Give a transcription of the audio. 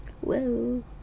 Whoa